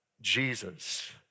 Jesus